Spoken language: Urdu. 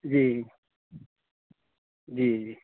جی جی جی